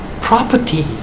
property